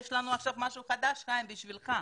עכשיו יש לנו משהו חדש, חיים, בשבילך.